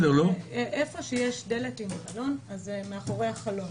מקום שיש דלת עם חלון, מאחורי החלון.